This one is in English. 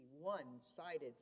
one-sided